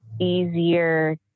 easier